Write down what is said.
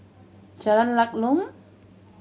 Jalan Lakum